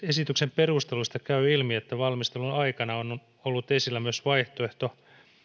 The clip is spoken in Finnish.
esityksen perusteluista käy ilmi että valmistelun aikana on ollut esillä myös vaihtoehto